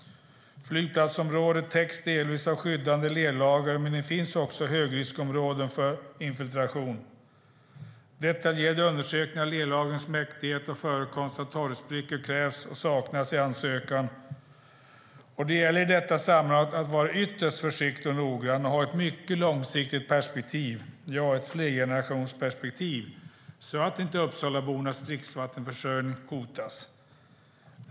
Flygplatsområdet täcks delvis av skyddande lerlager. Men det finns också högriskområden för infiltration. Detaljerade undersökningar av lerlagrens mäktighet och förekomst av torrsprickor krävs och saknas i ansökan. Det gäller i detta sammanhang att vara ytterst försiktig och noggrann och ha ett mycket långsiktigt perspektiv, ett flergenerationsperspektiv, så att inte Uppsalabornas dricksvattenförsörjning hotas.